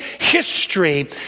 history